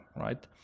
right